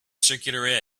circular